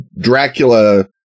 dracula